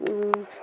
ऊं